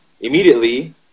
immediately